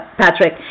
Patrick